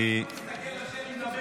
אני, הוא לא יכול להסתכל על שלי מדברת.